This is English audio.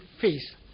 face